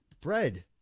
Bread